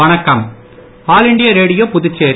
வணக்கம் all India Radio Puducherry